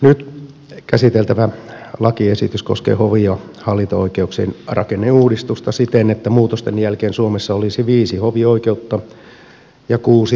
nyt käsiteltävä lakiesitys koskee hovi ja hallinto oikeuksien rakenneuudistusta siten että muutosten jälkeen suomessa olisi viisi hovioikeutta ja kuusi hallinto oikeutta